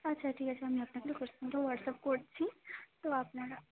আচ্ছা ঠিক আছে আমি আপনাকে লোকেশনটা হোয়াটসঅ্যাপ করছি তো আপনারা